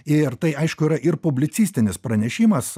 ir tai aišku yra ir publicistinis pranešimas